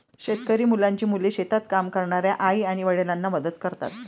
शेतकरी मुलांची मुले शेतात काम करणाऱ्या आई आणि वडिलांना मदत करतात